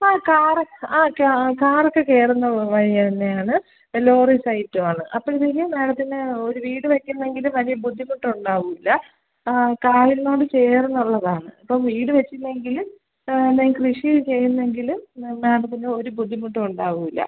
ആ കാറൊക്കെ ആ കാറൊക്കെ കേറുന്ന വഴി വഴി തന്നെയാണ് ലോറി സൈറ്റുമാണ് അപ്പോഴത്തേക്ക് മേഡത്തിന് ഒരു വീട് വയ്ക്കുന്നെങ്കിൽ വലിയ ബുദ്ധിമുട്ട് ഉണ്ടാവില്ല ആ കായലിനോട് ചേർന്നുള്ളതാണ് ഇപ്പം വീട് വച്ചില്ലെങ്കിൽ എന്തെങ്കിലും കൃഷി ചെയ്യുന്നെങ്കിൽ മാഡത്തിന് ഒരു ബുദ്ധിമുട്ടും ഉണ്ടാവില്ല